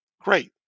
Great